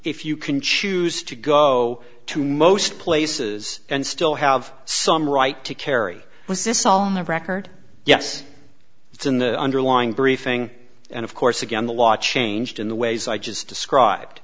if you can choose to go to most places and still have some right to carry the record yes it's in the underlying briefing and of course again the law changed in the ways i just described